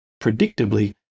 predictably